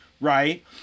right